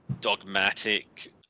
dogmatic